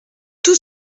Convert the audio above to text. tout